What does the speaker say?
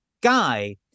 guy